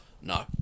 No